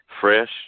Fresh